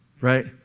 right